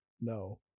No